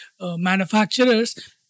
manufacturers